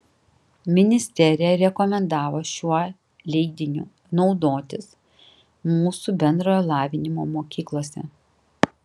ministerija rekomendavo šiuo leidiniu naudotis mūsų bendrojo lavinimo mokyklose